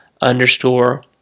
underscore